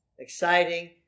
exciting